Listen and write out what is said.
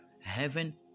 heaven